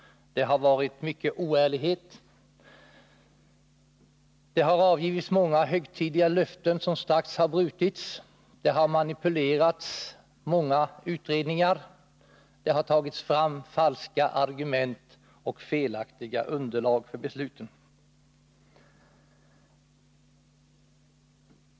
Det har varit mycken oärlighet. Det har avgivits många högtidliga löften, som strax har brutits. Många utredningar har manipulerats. Det har tagits fram falska argument och felaktiga underlag för besluten.